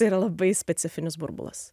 tai yra labai specifinis burbulas